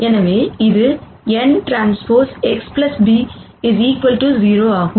எனவே இது nTX b 0 ஆகும்